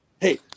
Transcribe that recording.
Hey